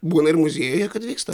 būna ir muziejuje kad vyksta